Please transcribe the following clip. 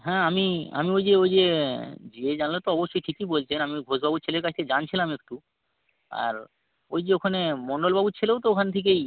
হ্যাঁ আমি আমি ওই যে ওই যে যেয়ে জানলে তো অবশ্যই ঠিকই বলছেন আমি ওই ঘোষবাবুর ছেলের কাছ থেকে জানছিলাম একটু আর ওই যে ওখানে মন্ডলবাবুর ছেলেও তো ওখান থেকেই